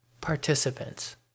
participants